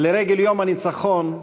לרגל יום הניצחון,